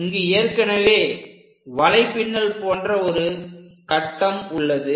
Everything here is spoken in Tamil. இங்கு ஏற்கனவே வலைப்பின்னல் போன்ற ஒரு கட்டம் உள்ளது